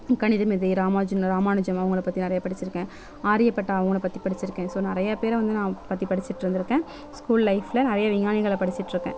கணிதமேதை ராமானுஜம் ராமானுஜம் அவங்கள பற்றி நிறைய படிச்சுருக்கேன் ஆரியப்பட்டா அவங்கள பற்றி படிச்சுருக்கேன் ஸோ நிறைய பேரை வந்து நான் படிச்சுட்டு வந்திருக்கேன் ஸ்கூல் லைஃப்பில் நிறைய விஞ்ஞானிகளை படிச்சுட்டிருக்கேன்